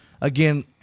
again